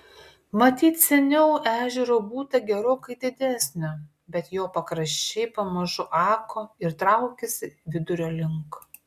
matyt seniau ežero būta gerokai didesnio bet jo pakraščiai pamažu ako ir traukėsi vidurio link